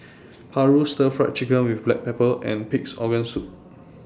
Paru Stir Fried Chicken with Black Pepper and Pig'S Organ Soup